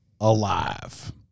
alive